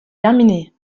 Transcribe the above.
terminée